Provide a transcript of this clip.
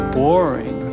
boring